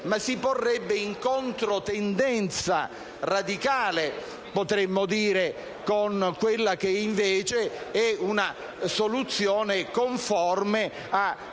ma si porrebbe in controtendenza, potremmo dire radicale, con quella che invece è una soluzione conforme a